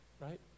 Right